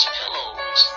pillows